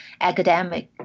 academic